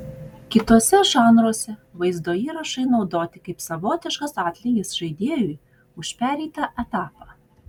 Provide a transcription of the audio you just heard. kituose žanruose vaizdo įrašai naudoti kaip savotiškas atlygis žaidėjui už pereitą etapą